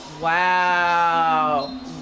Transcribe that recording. Wow